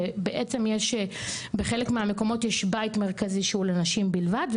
שבעצם יש בחלק מהמקומות יש בית מרכזי שהוא לנשים בלבד,